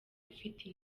ufite